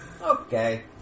Okay